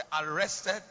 arrested